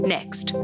Next